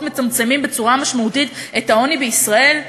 מצמצמים בצורה משמעותית את העוני בישראל.